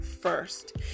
first